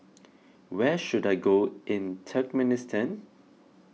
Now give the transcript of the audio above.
where should I go in Turkmenistan